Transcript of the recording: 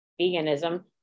veganism